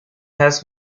has